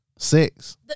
Six